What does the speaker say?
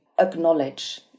acknowledge